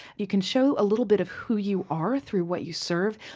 you can show a little bit of who you are through what you serve.